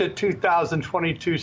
2022